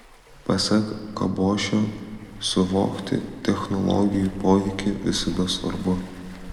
pasak kabošio suvokti technologijų poveikį visada svarbu